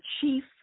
chief